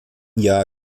jahr